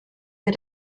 für